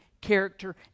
character